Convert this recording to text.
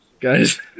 Guys